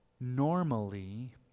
normally